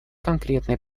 конкретные